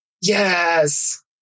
yes